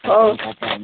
ହଉ